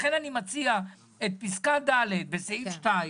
לכן אני מציע את פסקה (ד) בסעיף 2,